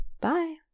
bye